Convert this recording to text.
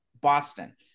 boston